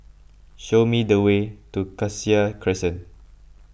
show me the way to Cassia Crescent